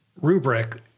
rubric